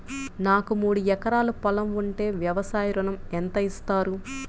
నాకు మూడు ఎకరాలు పొలం ఉంటే వ్యవసాయ ఋణం ఎంత ఇస్తారు?